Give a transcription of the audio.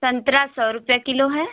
संतरा सौ रुपये किलो है